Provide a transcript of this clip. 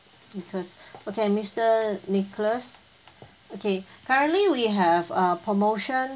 nicholas okay mr nicholas okay currently we have err promotion